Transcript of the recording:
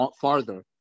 farther